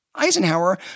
Eisenhower